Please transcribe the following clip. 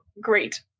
Great